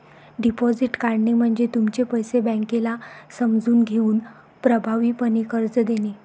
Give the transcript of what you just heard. deposit काढणे म्हणजे तुमचे पैसे बँकेला समजून घेऊन प्रभावीपणे कर्ज देणे